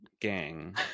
gang